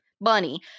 bunny